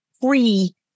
free